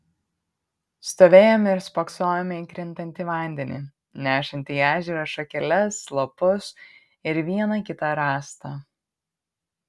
stovėjome ir spoksojome į krintantį vandenį nešantį į ežerą šakeles lapus ir vieną kitą rąstą